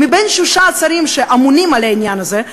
מששת השרים שאמונים על העניין הזה,